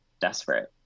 desperate